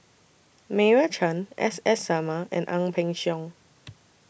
Meira Chand S S Sarma and Ang Peng Siong